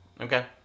Okay